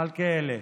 מלכיאלי.